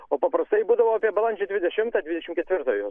o paprastai būdavo apie balandžio dvidešimtą dvidešimt ketvirtą jos